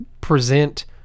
present